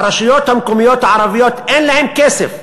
הרשויות המקומיות הערביות אין להן כסף,